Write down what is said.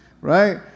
right